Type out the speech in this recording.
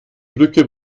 brücke